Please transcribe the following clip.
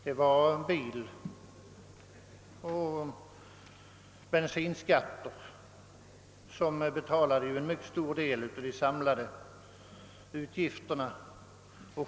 Biloch bensinskatter betalade en mycket stor del av de samlade utgifterna.